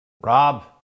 Rob